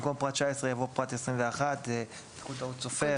במקום "פרט 19" יבוא "פרט 21". תיקון טעות סופר